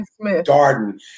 Darden